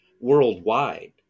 worldwide